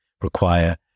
require